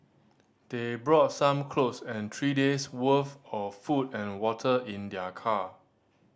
they brought some clothes and three days' worth of food and water in their car